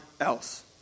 else